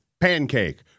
Pancake